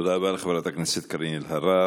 תודה רבה לחברת הכנסת קארין אלהרר.